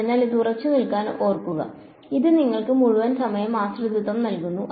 അതിനാൽ അതിൽ ഉറച്ചുനിൽക്കാൻ ഓർക്കുക അത് നിങ്ങൾക്ക് മുഴുവൻ സമയ ആശ്രിതത്വം നൽകുന്നു